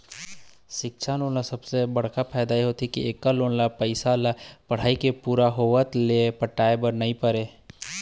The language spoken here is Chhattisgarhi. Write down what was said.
सिक्छा लोन म सबले बड़का फायदा ए हे के एखर लोन के पइसा ल पढ़ाई के पूरा होवत ले पटाए बर नइ परय